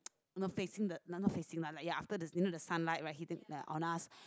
you know facing the no not facing lah like ya you know the sunlight right hitting on us